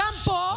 גם פה,